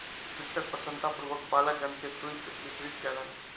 कृषक प्रसन्नतापूर्वक बालकगण के तूईत वितरित कयलैन